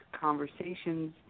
conversations